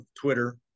Twitter